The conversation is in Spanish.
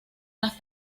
las